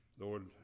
Lord